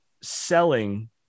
selling